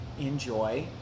enjoy